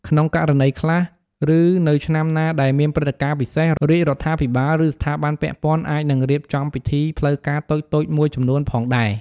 ក្នុងករណីខ្លះ ឬនៅឆ្នាំណាដែលមានព្រឹត្តិការណ៍ពិសេស រាជរដ្ឋាភិបាល ឬស្ថាប័នពាក់ព័ន្ធអាចនឹងរៀបចំពិធីផ្លូវការតូចៗមួយចំនួនផងដែរ។